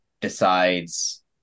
decides